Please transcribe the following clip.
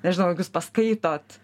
nežinau jeigu jūs paskaitot